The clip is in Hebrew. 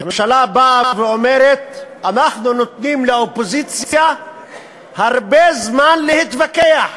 הממשלה באה ואומרת: אנחנו נותנים לאופוזיציה הרבה זמן להתווכח,